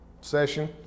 session